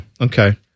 Okay